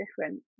different